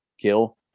kill